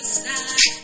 side